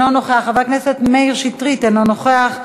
אינו נוכח,